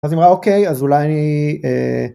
אז אם ראה אוקיי אז אולי אני